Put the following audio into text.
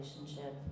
relationship